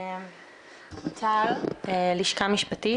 עו"ד טל פוקס, לשכה משפטית.